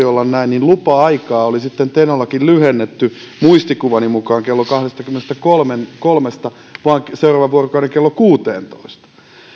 olla näin lupa aikaa oli sitten tenolla lyhennetty muistikuvani mukaan kello kahdestakymmenestäkolmesta vain seuraavan vuorokauden kello kuuteentoista